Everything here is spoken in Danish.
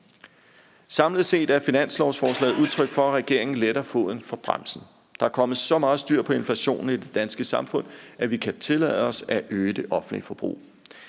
Samlet set er finanslovsforslaget udtryk for, at regeringen letter foden fra bremsen. Der er kommet så meget styr på inflationen i det danske samfund, at vi kan tillade os at øge det offentlige forbrug.